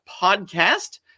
podcast